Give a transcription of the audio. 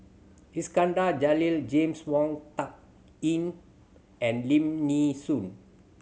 Iskandar Jalil James Wong Tuck Yim and Lim Nee Soon